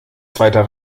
zweiter